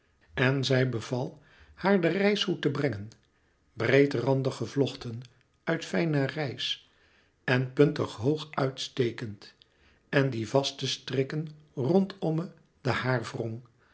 en zij beval haar den reishoed te brengen breed randig gevlochten uit fijne rijs en puntig hoog uit stekend en dien vast te strikken rondomme